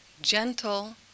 gentle